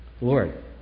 Lord